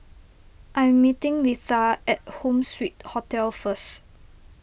I am meeting Litha at Home Suite Hotel first